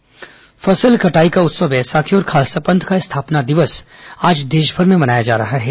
बैसाखी बधाई फसल कटाई का उत्सव बैसाखी और खालसा पंथ का स्थापना दिवस आज देशभर में मनाया जा रहा है